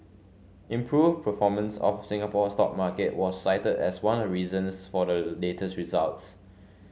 improved performance of Singapore stock market was cited as one reasons for the latest results